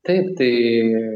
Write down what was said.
taip tai